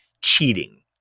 cheating